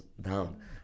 down